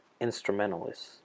instrumentalists